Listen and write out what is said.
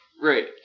Right